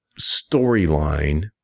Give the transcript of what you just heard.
storyline